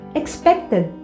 expected